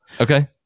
Okay